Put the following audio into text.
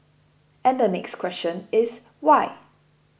and the next question is why